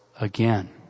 again